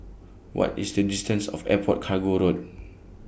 What IS The distance to Airport Cargo Road